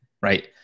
Right